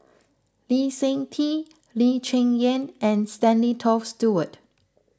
Lee Seng Tee Lee Cheng Yan and Stanley Toft Stewart